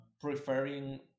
preferring